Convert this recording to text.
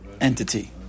entity